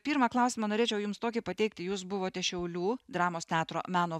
pirmą klausimą norėčiau jums tokį pateikti jūs buvote šiaulių dramos teatro meno